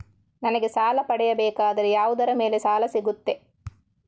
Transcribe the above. ನನಗೆ ಸಾಲ ಪಡೆಯಬೇಕಾದರೆ ಯಾವುದರ ಮೇಲೆ ಸಾಲ ಸಿಗುತ್ತೆ?